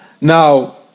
Now